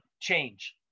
change